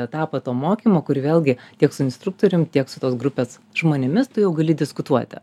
etapą to mokymo kur vėlgi tiek su instruktorium tiek su tos grupės žmonėmis tu jau gali diskutuoti